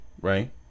right